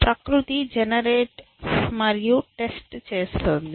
ప్రకృతి జెనెరేట్ మరియు టెస్ట్ చేస్తోంది